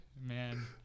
Man